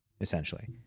essentially